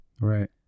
Right